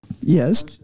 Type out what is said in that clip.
Yes